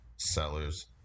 Sellers